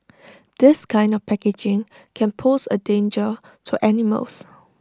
this kind of packaging can pose A danger to animals